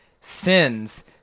sins